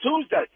Tuesday